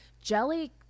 jelly